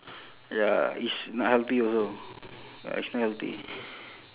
ya it's not healthy also uh it's not healthy